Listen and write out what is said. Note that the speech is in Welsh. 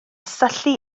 syllu